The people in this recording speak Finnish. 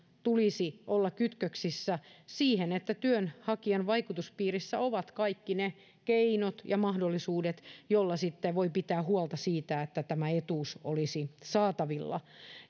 tulisi olla kytköksissä siihen että työnhakijan vaikutuspiirissä ovat kaikki ne keinot ja mahdollisuudet joilla sitten voi pitää huolta siitä että tämä etuus olisi saatavilla